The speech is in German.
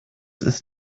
ist